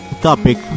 topic